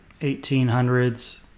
1800s